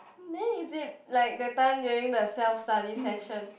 then is it like that time during the self study session